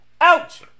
Ouch